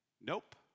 Nope